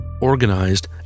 organized